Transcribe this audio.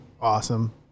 awesome